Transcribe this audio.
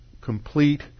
complete